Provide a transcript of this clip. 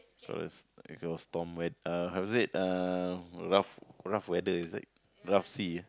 first storm is it rough rough weather is it rough sea ah